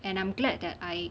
and I'm glad that I